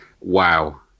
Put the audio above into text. Wow